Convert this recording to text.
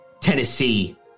Tennessee